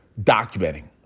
documenting